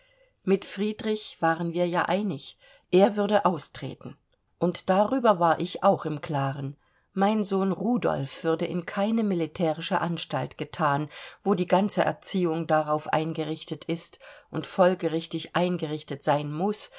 mit friedrich waren wir ja einig er würde austreten und darüber war ich auch im klaren mein sohn rudolf würde in keine militärische anstalt gethan wo die ganze erziehung darauf eingerichtet ist und folgerichtig eingerichtet sein muß